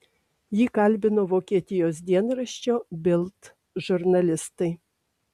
jį kalbino vokietijos dienraščio bild žurnalistai